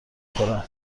خورم